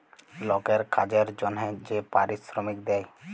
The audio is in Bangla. লকের কাজের জনহে যে পারিশ্রমিক দেয়